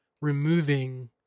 removing